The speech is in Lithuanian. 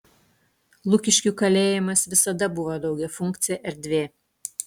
lukiškių kalėjimas visada buvo daugiafunkcė erdvė